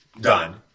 done